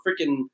freaking